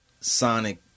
sonic